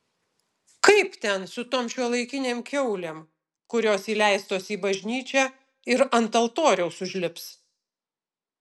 kaip ten su tom šiuolaikinėm kiaulėm kurios įleistos į bažnyčią ir ant altoriaus užlips